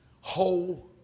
whole